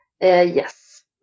Yes